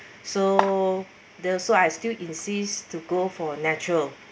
so the so I still insist to go for natural